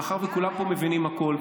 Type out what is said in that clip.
מאחר שכולם פה מבינים הכול,